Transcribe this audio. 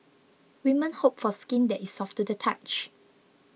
women hope for skin that is soft to the touch